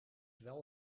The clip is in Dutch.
wel